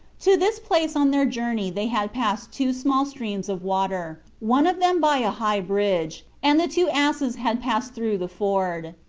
to this place on their journey they had passed two small streams of water, one of them by a high bridge, and the two asses had passed through the ford.